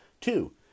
Two